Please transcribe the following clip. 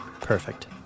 Perfect